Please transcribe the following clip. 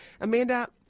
Amanda